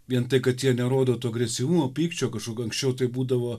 vien tai kad jie nerodo to agresyvumo pykčio anksčiau tai būdavo